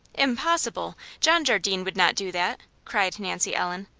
impossible! john jardine would not do that! cried nancy ellen.